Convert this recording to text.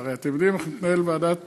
הרי אתם יודעים איך מתנהלת ועדת